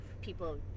people